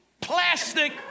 plastic